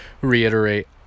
reiterate